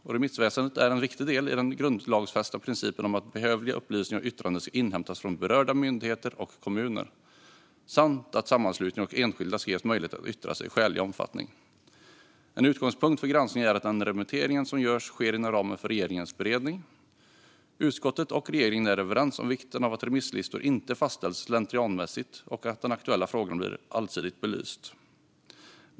Remissväsendet är en viktig del i den grundlagsfästa principen om att behövliga upplysningar och yttranden ska inhämtas från berörda myndigheter och kommuner samt att sammanslutningar och enskilda ska ges möjlighet att yttra sig i skälig omfattning. En utgångspunkt för granskningen är att den remittering som görs sker inom ramen för regeringens beredning. Utskottet och regeringen är överens om vikten av att remisslistor inte fastställs slentrianmässigt och att den aktuella frågan blir allsidigt belyst.